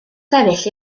sefyll